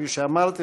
כפי שאמרתי,